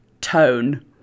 tone